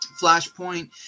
Flashpoint